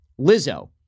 Lizzo